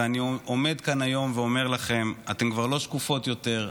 ואני עומד כאן היום ואומר לכן: אתן כבר לא שקופות יותר,